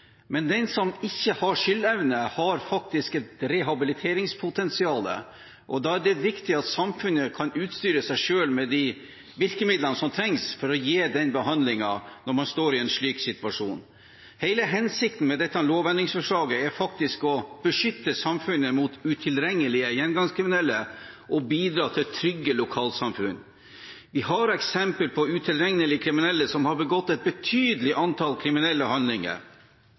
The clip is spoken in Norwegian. Men den som ikke har skyldevne, har faktisk et rehabiliteringspotensial. Da er det viktig at samfunnet kan utstyre seg med de virkemidlene som trengs for å gi behandling når man står i en slik situasjon. Hele hensikten med dette lovendringsforslaget er faktisk å beskytte samfunnet mot utilregnelige gjengangskriminelle og bidra til trygge lokalsamfunn. Vi har eksempel på utilregnelig kriminelle som har begått et betydelig antall kriminelle handlinger.